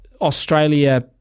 Australia